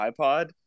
iPod